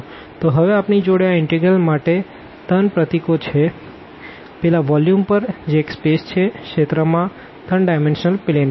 તો હવે આપણી જોડે આ ઇનટેગ્રલ માટે 3 પ્રતીકો છે પેલા વોલ્યુમ પર જે એક સ્પેસ છે રિજિયન માં 3 ડાયમેનશનલ પ્લેન માં